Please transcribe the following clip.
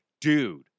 dude